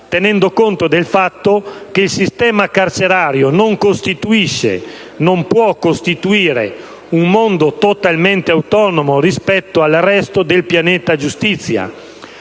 tenendo conto del fatto che il sistema carcerario non costituisce, non può costituire un mondo totalmente autonomo rispetto al resto del pianeta giustizia;